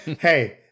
hey